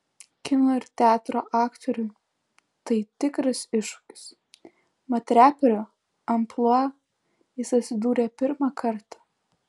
kino ir teatro aktoriui tai tikras iššūkis mat reperio amplua jis atsidūrė pirmą kartą